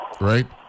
right